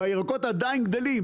והירקות עדיין גדלים.